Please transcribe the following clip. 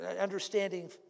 understanding